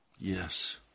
Yes